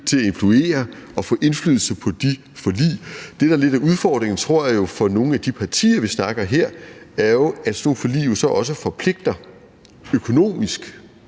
til at influere og få indflydelse på de forlig. Det, der lidt er udfordringen, tror jeg, for nogle af de partier, vi snakker om her, er, at sådan nogle forlig jo så også forpligter økonomisk.